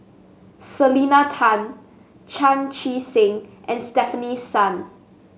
Selena Tan Chan Chee Seng and Stefanie Sun